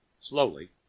Slowly